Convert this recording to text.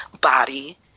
body